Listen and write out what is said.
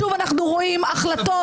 שוב אנחנו רואים החלטות,